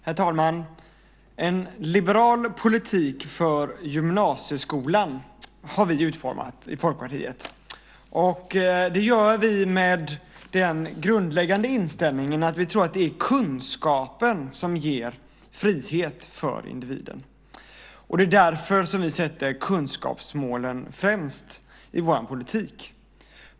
Herr talman! En liberal politik för gymnasieskolan har vi utformat i Folkpartiet. Det gör vi med den grundläggande inställningen att vi tror att det är kunskapen som ger frihet för individen. Det är därför som vi sätter kunskapsmålen främst i vår politik.